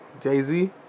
Jay-Z